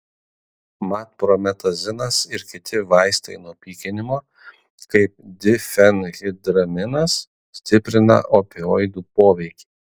mat prometazinas ir kiti vaistai nuo pykinimo kaip difenhidraminas stiprina opioidų poveikį